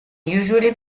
usually